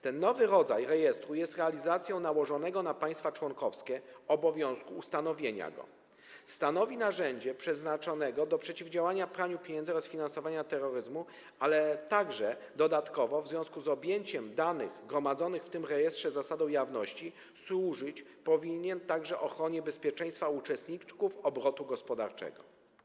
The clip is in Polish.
Ten nowy rodzaj rejestru jest realizacją nałożonego na państwa członkowskie obowiązku ustanowienia go, stanowi narzędzie przeznaczone do przeciwdziałania praniu pieniędzy oraz finansowaniu terroryzmu, ale dodatkowo w związku z objęciem danych gromadzonych w tym rejestrze zasadą jawności służyć powinien także ochronie bezpieczeństwa uczestników obrotu gospodarczego.